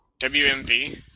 WMV